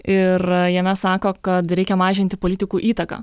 ir jame sako kad reikia mažinti politikų įtaką